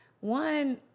One